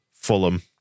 Fulham